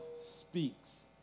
speaks